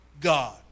God